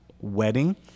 wedding